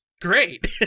great